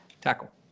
tackle